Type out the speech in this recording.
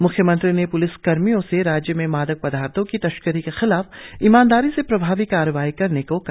म्ख्यमंत्री ने प्लिस कर्मियों से राज्य में मादक पदार्थों की तस्करी के खिलाफ ईमानदारी से प्रभावी कार्रवाई करने को कहा